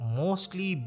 mostly